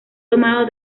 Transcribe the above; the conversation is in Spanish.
tomado